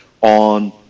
on